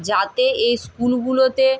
যাতে এই স্কুলগুলোতে